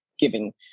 giving